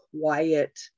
quiet